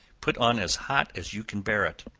put on as hot as you can bear it.